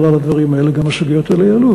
על הדברים האלה גם הסוגיות האלה יעלו,